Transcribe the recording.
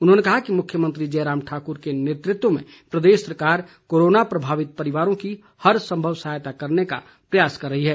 उन्होंने कहा कि मुख्यमंत्री जयराम ठाकुर के नेतृत्व में प्रदेश सरकार कोरोना प्रभावित परिवारों की हरसंभव सहायता करने का प्रयास कर रही है